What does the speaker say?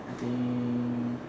I think